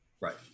right